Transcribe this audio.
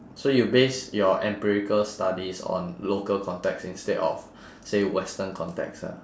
so you base your empirical studies on local context instead of say western context ah